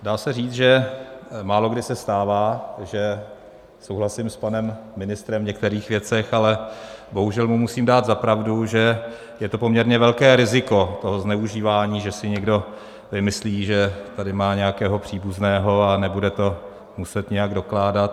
Dá se říct, že málokdy se stává, že souhlasím s panem ministrem v některých věcech, ale bohužel mu musím dát za pravdu, že je to poměrně velké riziko zneužívání, že si někdo vymyslí, že tady má nějakého příbuzného, a nebude to muset nějak dokládat.